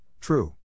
true